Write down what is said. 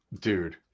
dude